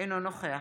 אינו נוכח